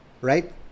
right